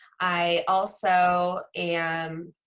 i also am